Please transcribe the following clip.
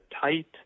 tight